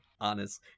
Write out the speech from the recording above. honest